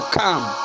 come